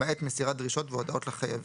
למעט מסירת דרישות והודעות לחייבים,